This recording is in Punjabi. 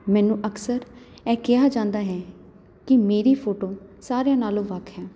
ਮੈਨੂੰ ਅਕਸਰ ਇਹ ਕਿਹਾ ਜਾਂਦਾ ਹੈ ਕਿ ਮੇਰੀ ਫੋਟੋ ਸਾਰਿਆਂ ਨਾਲੋਂ ਵੱਖ ਹੈ